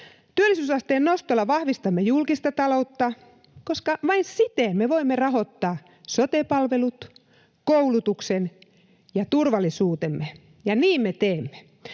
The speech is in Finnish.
Työllisyysasteen nostolla vahvistamme julkista taloutta, koska vain siten me voimme rahoittaa sote-palvelut, koulutuksen ja turvallisuutemme, ja niin me teemme.